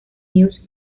news